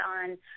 on